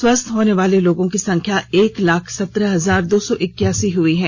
स्वस्थ होने वाले लोगों की संख्या एक लाख सत्रह हजार दो सौ इक्यासी हो गई है